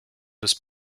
des